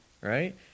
right